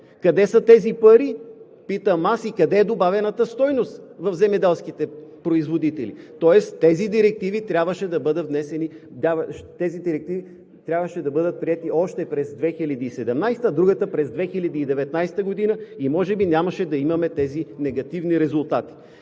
Къде са тези пари питам аз и къде е добавената стойност в земеделските производители? Тоест, тези директиви трябваше да бъдат приети още през 2017-а, а другата през 2019 г. и може би нямаше да имаме тези негативни резултати.